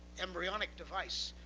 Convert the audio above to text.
embryonic device,